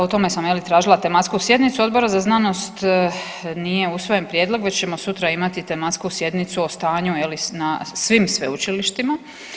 O tome sam je li tražila tematsku sjednicu Odbora za znanost, nije usvojen prijedlog već ćemo sutra imati tematsku sjednicu o stanju je li na svim sveučilištima.